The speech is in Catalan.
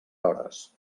hores